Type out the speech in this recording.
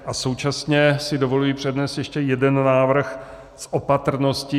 A současně si dovoluji přednést ještě jeden návrh z opatrnosti.